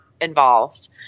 involved